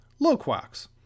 Loquax